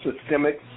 systemic